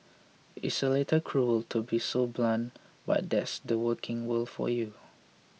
it's a little cruel to be so blunt but that's the working world for you